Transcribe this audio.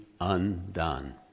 undone